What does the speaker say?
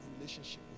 relationship